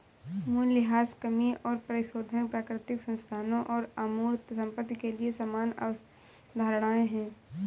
मूल्यह्रास कमी और परिशोधन प्राकृतिक संसाधनों और अमूर्त संपत्ति के लिए समान अवधारणाएं हैं